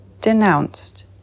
Denounced